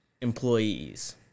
Employees